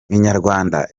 inyarwanda